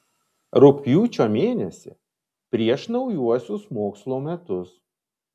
rugpjūčio mėnesį prieš naujuosius mokslo metus